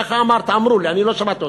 ככה אמרו לי שאמרת, אני לא שמעתי אותך.